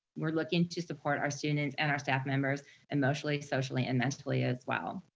we're looking to support our students and our staff members emotionally, socially and mentally as well.